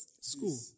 school